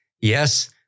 Yes